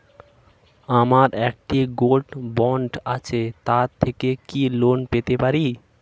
আমার একটি gold bond আছে তার থেকে কি লোন পেতে পারি?